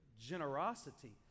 generosity